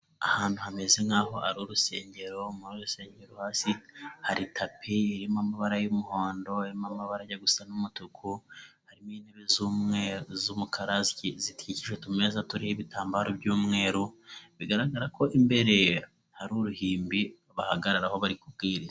Ahantu hameze nk'aho ari urusengero, mu rusengero hasi hari tapi irimo amabara y'umuhondo, irimo amabara ajya gusa n'umutuku, harimo intebe z'umweru z'umukara zikikije utumeze turiho ibitambaro by'umweru, bigaragara ko imbere hari uruhimbi bahagararaho bari kubwiriza.